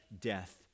death